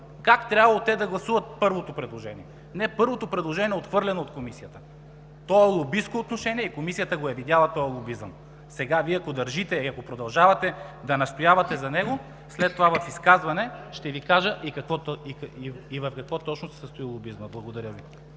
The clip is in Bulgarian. как трябвало те да гласуват първото предложение. Не! Първото предложение е отхвърлено от Комисията, то е лобистко отношение и Комисията е видяла този лобизъм. Сега, ако Вие държите и ако продължавате да настоявате за него, след това в изказване ще Ви кажа и в какво точно се състои лобизмът. Благодаря Ви.